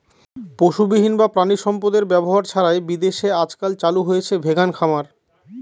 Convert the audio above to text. পশুবিহীন বা প্রানীসম্পদ এর ব্যবহার ছাড়াই বিদেশে আজকাল চালু হয়েছে ভেগান খামার